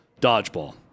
dodgeball